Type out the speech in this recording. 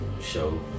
show